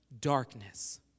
darkness